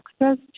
access